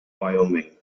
wyoming